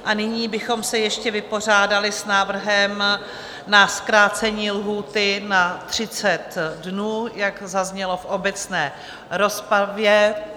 A nyní bychom se ještě vypořádali s návrhem na zkrácení lhůty na 30 dnů, jak zaznělo v obecné rozpravě.